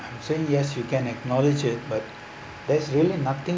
I'm saying yes you can acknowledge it but there is really nothing